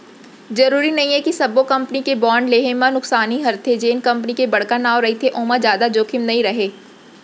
जरूरी नइये कि सब्बो कंपनी के बांड लेहे म नुकसानी हरेथे, जेन कंपनी के बड़का नांव रहिथे ओमा जादा जोखिम नइ राहय